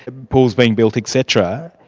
pools being built etc,